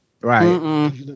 right